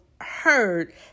heard